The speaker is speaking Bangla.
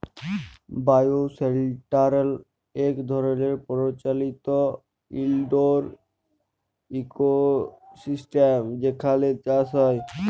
বায়োশেল্টার ইক ধরলের পরিচালিত ইলডোর ইকোসিস্টেম যেখালে চাষ হ্যয়